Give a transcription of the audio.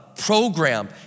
program